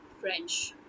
French